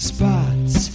Spots